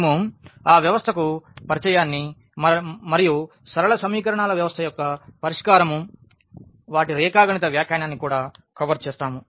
మేము ఆ వ్యవస్థకు పరిచయాన్ని మరియు సరళ సమీకరణాల వ్యవస్థ యొక్క పరిష్కారం మరియు వాటి రేఖాగణిత వ్యాఖ్యానాన్ని కూడా కవర్ చేస్తాము